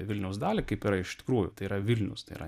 vilniaus dalį kaip yra iš tikrųjų tai yra vilnius tai yra